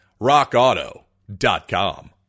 RockAuto.com